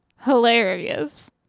hilarious